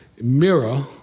mirror